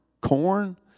corn